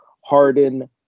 Harden